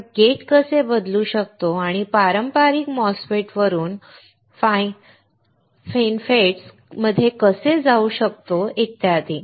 आपण गेट कसे बदलू शकतो आणि पारंपारिक MOSFET वरून FINFETS मध्ये कसे जाऊ शकतो इत्यादी